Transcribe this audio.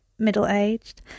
middle-aged